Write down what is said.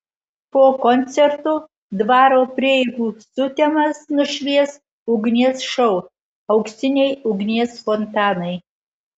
po koncerto dvaro prieigų sutemas nušvies ugnies šou auksiniai ugnies fontanai